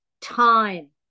time